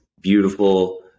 beautiful